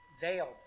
veiled